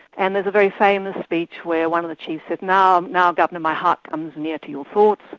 and there's a very famous speech where one of the chiefs said now now governor, my heart comes near to your thoughts.